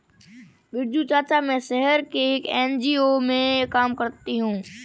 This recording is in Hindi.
बिरजू चाचा, मैं शहर में एक एन.जी.ओ में काम करती हूं